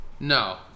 No